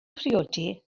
priodi